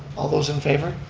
all those in favor?